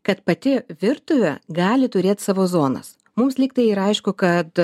kad pati virtuvė gali turėt savo zonas mums lyg tai ir aišku kad